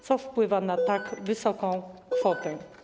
Co wpływa na tak wysoką kwotę?